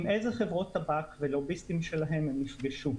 עם איזה חברות טבק ולוביסטים שלהן הם נפגשו.